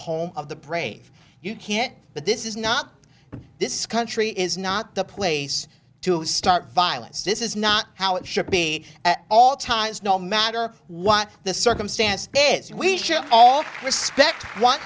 home of the brave you can't but this is not this country is not the place to start violence this is not how it should be at all times no matter what the circumstance is we should all respect